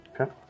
Okay